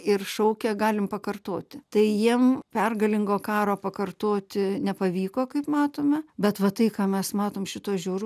ir šaukia galim pakartoti tai jiem pergalingo karo pakartoti nepavyko kaip matome bet va tai ką mes matom šituos žiauru